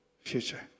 future